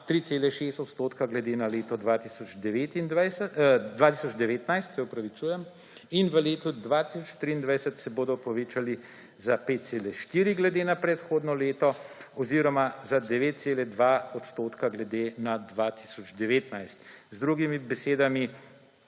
3,6 odstotka glede na leto 2019 in v letu 2023 se bodo povečali za 5,4 glede na prehodno leto oziroma za 9,2 odstotka glede na 2019. Z drugimi besedami,